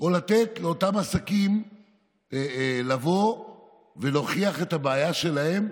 או לתת לאותם עסקים לבוא ולהוכיח את הבעיה שלהם,